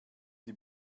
die